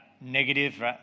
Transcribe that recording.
negative